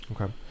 okay